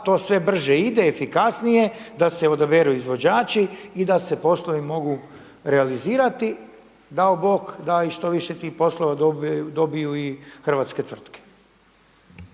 to sve brže ide, efikasnije, da se odaberu izvođači i da se poslovi mogu realizirati. Dao Bog da i što više tih poslova dobiju i hrvatske tvrtke.